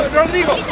Rodrigo